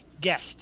guest